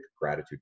gratitude